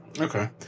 Okay